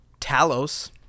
Talos